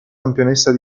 campionessa